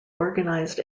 organised